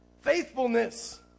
Faithfulness